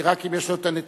רק אם יש לו הנתונים,